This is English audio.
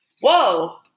Whoa